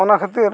ᱚᱱᱟ ᱠᱷᱟᱹᱛᱤᱨ